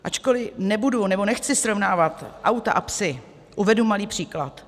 Ačkoli nebudu nebo nechci srovnávat auta a psy, uvedu malý příklad.